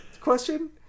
question